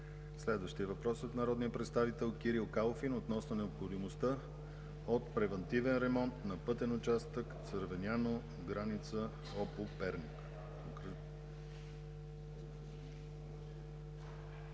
Следващият въпрос е от народния представител Кирил Калфин относно необходимостта от превантивен ремонт на пътен участък Цървеняно – граница с ОПУ Перник.